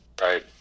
Right